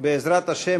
בעזרת השם,